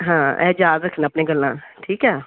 ਹਾਂ ਇਹ ਯਾਦ ਰੱਖਣਾ ਆਪਣੀ ਗੱਲਾਂ ਠੀਕ ਹੈ